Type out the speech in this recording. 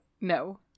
No